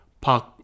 park